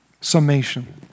Summation